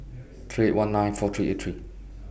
three eight one nine four three eight three